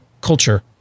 culture